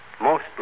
Mostly